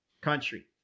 country